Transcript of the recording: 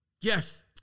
yes